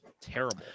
Terrible